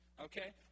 Okay